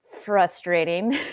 frustrating